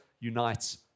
unites